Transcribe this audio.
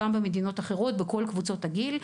גם במדינות אחרות בכל קבוצות הגיל,